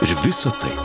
ir visa tai